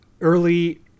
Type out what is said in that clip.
early